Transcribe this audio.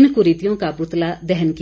इन कुरीतियों का पुतला दहन किया